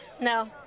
No